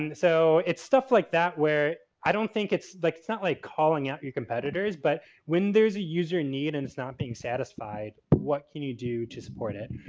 and so, it's stuff like that where i don't think it's like, it's not like calling out your competitors. but when there's a user need and it's not being satisfied what you do to support it?